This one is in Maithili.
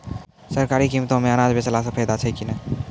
सरकारी कीमतों मे अनाज बेचला से फायदा छै कि नैय?